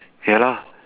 ya lah